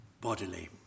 bodily